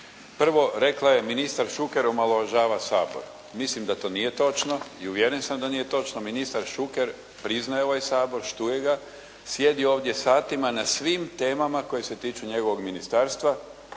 Prvo rekla je ministar Šuker omalovažava Sabor. Mislim da to nije točno i uvjeren sam da to nije točno. Ministar Šuker priznaje ovaj Sabor, štuje ga, sjedi ovdje satima na svim temama koje se tiču njegovog ministarstva